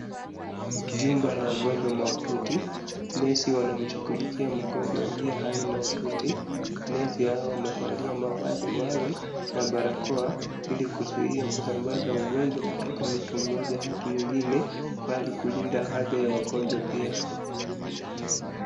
Jumba la wagonjwa mahututi, nesi wanamshughulikia mgonjwa aliye hali mahututi, nesi hawa wamevalia mavazi maalum na barakoa ili kuzuia kusambaza ugonjwa kutoka mtu mmoja hadi mwingine, bali kulinda afya ya wagonjwa pia.